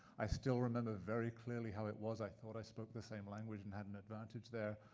i still remember very clearly how it was. i thought i spoke the same language and had an advantage there.